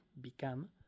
become